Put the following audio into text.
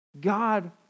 God